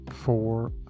Four